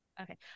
Okay